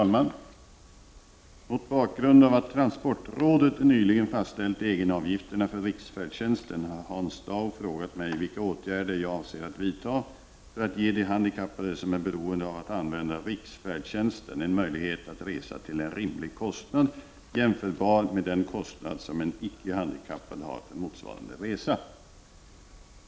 Fru talman! Mot bakgrund av att transportrådet nyligen fastställt egenavgifterna för riksfärdtjänsten har Hans Dau frågat mig vilka åtgärder jag avser att vidta för att ge de handikappade som är beroende av att använda riksfärdtjänsten en möjlighet att resa till en rimlig kostnad jämförbar med den kostnad som en icke handikappad har för motsvarande resa.